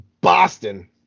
Boston